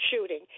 shooting